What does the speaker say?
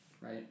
right